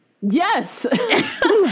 yes